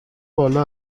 بالا